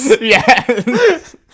Yes